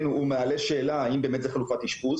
הוא מעלה שאלה האם באמת זו חלופת אשפוז?